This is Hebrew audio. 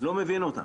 לא מבין אותם,